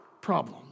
problem